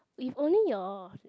if only your